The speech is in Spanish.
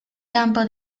campo